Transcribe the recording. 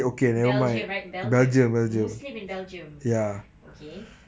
belgium right belgium muslim in belgium okay